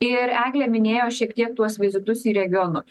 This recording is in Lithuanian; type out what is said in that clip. ir eglė minėjo šiek tiek tuos vizitus į regionus